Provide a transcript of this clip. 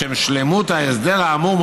לשם שלמות ההסדר האמור,